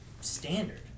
standard